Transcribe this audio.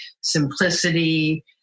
simplicity